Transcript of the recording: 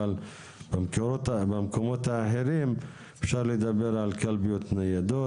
אבל במקומות האחרים אפשר לדבר על קלפיות ניידות,